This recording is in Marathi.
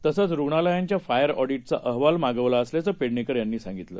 तसंचरुग्णालयांच्याफायरऑडिटचाअहवालमागवलाअसल्याचंपेडणेकरयांनीसांगितलं